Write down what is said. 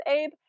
Abe